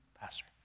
Pastor